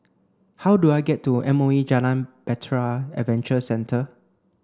how do I get to M O E Jalan Bahtera Adventure Centre